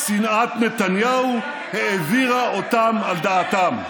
"שנאת נתניהו העבירה אותם על דעתם".